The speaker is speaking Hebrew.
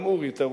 אתה נשאר פה.